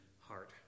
heart